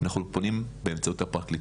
אנחנו פונים באמצעות הפרקליטות.